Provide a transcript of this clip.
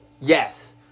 Yes